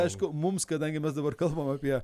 aišku mums kadangi mes dabar kalbam apie